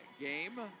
game